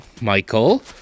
Michael